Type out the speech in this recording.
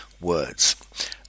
words